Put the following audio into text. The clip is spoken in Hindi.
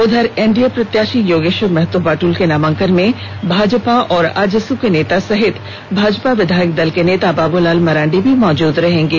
उधर एनडीए प्रत्याशी योगेश्वर महतो बाट्ल के नामांकन में भाजपा और आजसू के नेता सहित भाजपा विधायक दल के नेता बाबूलाल मरांडी भी मौजूद रहेंगे